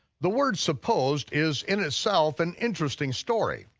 the word supposed is in itself an interesting story.